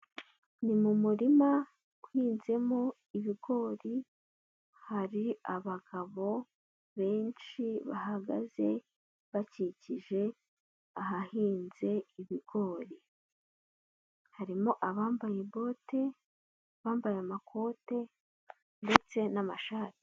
Ni mu murima uhinzemo ibigori, hari abagabo benshi bahagaze bakikije ahahinze ibigori, harimo abambaye bote, abambaye amakote ndetse n'amashati.